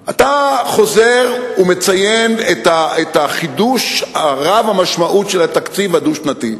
אתה חוזר ומציין את החידוש רב-המשמעות בתקציב הדו-שנתי.